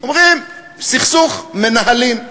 אומרים: סכסוך מנהלים.